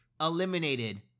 eliminated